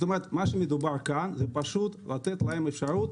מה שמדובר כאן זה פשוט לתת להן אפשרות